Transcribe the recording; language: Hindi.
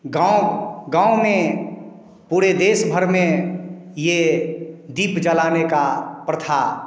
गाँव गाँव में पूरे देश भर में यें दीप जलाने का प्रथा